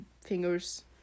fingers